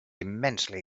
immensely